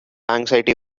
anxiety